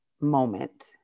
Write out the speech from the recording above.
moment